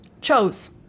Chose